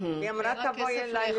אז אני אמרתי שקר